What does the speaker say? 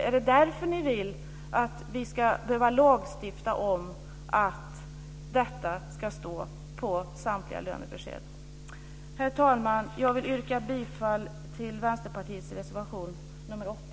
Är det därför ni vill att vi ska lagstifta om att detta ska stå på samtliga lönebesked? Herr talman! Jag vill yrka bifall till Vänsterpartiets reservation nr 8.